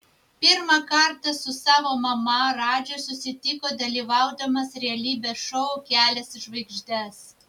pirmą kartą su savo mama radžis susitiko dalyvaudamas realybės šou kelias į žvaigždes